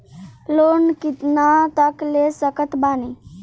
Loan कितना तक ले सकत बानी?